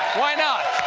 why not.